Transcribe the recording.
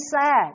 sad